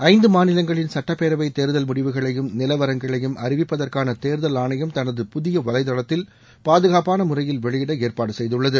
ஐந்து மாநிலங்களின் சட்டப்பேரவை தேர்தல் முடிவுகளையும் நிலவரங்களையும் அறிவிப்பதற்கான தேர்தல் ஆணையம் தனது புதிய வலைதளத்தில் பாதுகாப்பான முறையில் வெளியிட ஏற்பாடு செய்துள்ளது